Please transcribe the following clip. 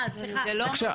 אתם